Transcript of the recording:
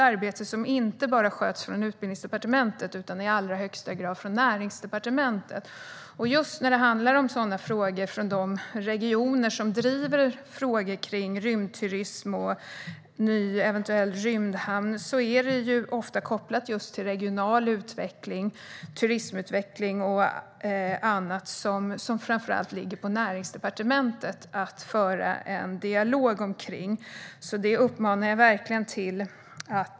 Arbetet sköts inte bara från Utbildningsdepartementet utan i allra högsta grad från Näringsdepartementet. De frågor som regioner driver när det handlar om rymdturism och en eventuell ny rymdhamn är ofta kopplade till regional utveckling, turismutveckling och annat som det framför allt åligger Näringsdepartementet att föra en dialog om. Jag uppmanar verkligen till det.